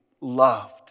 loved